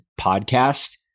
podcast